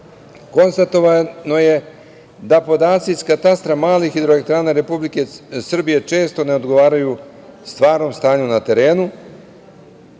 konstatovano je da podaci iz katastra malih hidroelektrana Republike Srbije često ne odgovaraju stvarnom stanju na terenu